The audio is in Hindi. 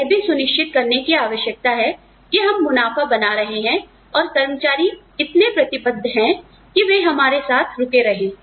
हमें यह भी सुनिश्चित करने की आवश्यकता है कि हम मुनाफा बना रहे हैं और कर्मचारी इतने प्रतिबद्ध है कि वे हमारे साथ रुके रहे